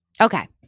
Okay